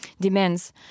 demands